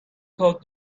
thought